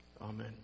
Amen